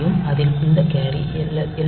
யும் அதில் இந்த கேரி எல்